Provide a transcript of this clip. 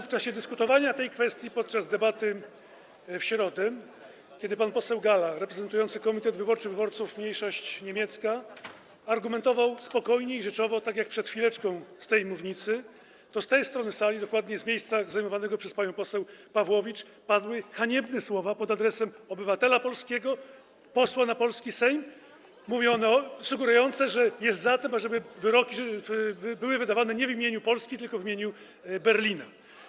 W czasie dyskutowania tej kwestii podczas debaty w środę, kiedy pan poseł Galla, reprezentujący Komitet Wyborczy Wyborców Mniejszość Niemiecka, argumentował spokojnie i rzeczowo, tak jak przed chwileczką z tej mównicy, z tej strony sali, dokładnie z miejsca zajmowanego przez panią poseł Pawłowicz, padły haniebne słowa pod adresem obywatela polskiego, posła na polski Sejm, sugerujące, że jest za tym, ażeby wyroki były wydawane nie w imieniu Polski, tylko w imieniu Berlina.